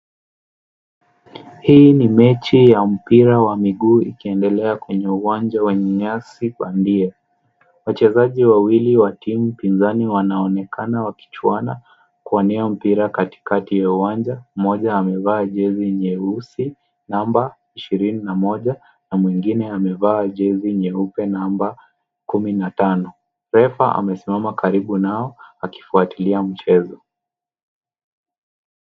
Hii ni mechi wa mpira wa miguu ikiendelea kwenye uwanja wenye nyasi bandia. Wachezaji wawili wa timu pinzani wanaonekana wakichuana kuwania mpira katikati ya uwanja. Mmoja amevaa jezi nyeusi namba ishirini na moja na mwingine amevaa jezi nyeupe namba kumi na tano. Refa amesimama karibu na wao akifuatilia mchezo.